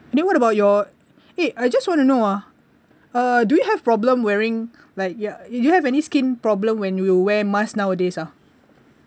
then what about your eh I just want to know ah uh do you have problem wearing like ya do you have any skin problem when you wear mask nowadays ah